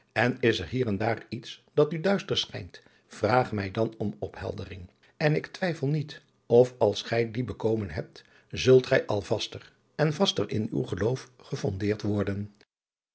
en is er hier en daar iets dat u duister schijnt vraag mij dan om opheldering en ik twijfel niet of als gij die bekomen hebt zult gij al vaster en vaster in uw geloof gefondeerd worden